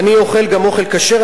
אני אוכל גם אוכל כשר.